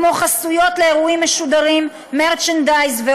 כמו חסויות לאירועים משודרים ומרצ'נדייז.